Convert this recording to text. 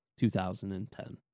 2010